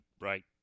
right